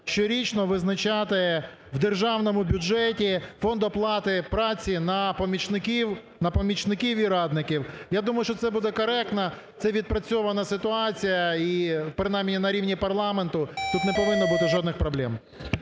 щорічно визначати у Державному бюджеті фонд оплати праці на помічників, на помічників і радників. Я думаю, що це буде коректно, це відпрацьована ситуація, і, принаймні, на рівні парламенту тут не повинно бути жодних проблем.